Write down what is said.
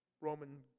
Roman